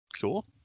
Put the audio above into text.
cool